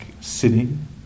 sitting